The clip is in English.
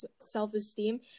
self-esteem